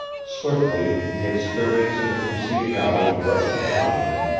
swiftly the experience of the preceding hours rushed upon him,